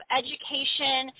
education